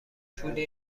پولی